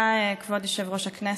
תודה, כבוד יושב-ראש הכנסת.